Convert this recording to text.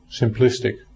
simplistic